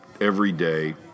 everyday